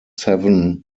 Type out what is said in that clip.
seven